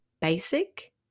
basic